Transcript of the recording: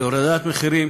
הורדת מחירים,